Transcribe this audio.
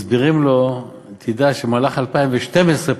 מסבירים לו: תדע שבמהלך 2012,